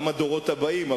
גם הדורות הבאים,